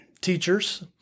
teachers